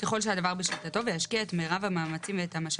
"-- יפעל להוצאת היתר כאמור בתוך שנה מיום אישור התכנית שהוצעה,